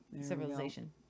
Civilization